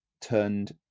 turned